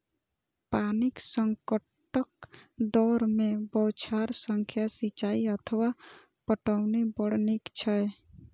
पानिक संकटक दौर मे बौछार सं सिंचाइ अथवा पटौनी बड़ नीक छै